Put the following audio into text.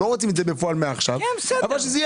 הם לא רוצים את זה בפועל מעכשיו אבל שזה יהיה